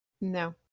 No